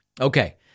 Okay